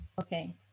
Okay